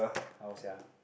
how sia